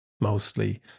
mostly